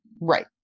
Right